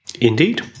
Indeed